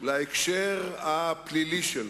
להקשר הפלילי שלו: